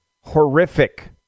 horrific